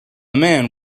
man